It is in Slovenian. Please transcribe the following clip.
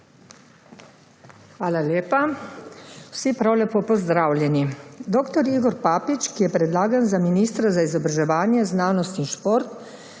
Hvala lepa. Vsi prav lepo pozdravljeni! Dr. Igor Papič, ki je predlagan za ministra za izobraževanje, znanost in šport,